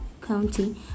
County